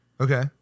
Okay